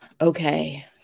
okay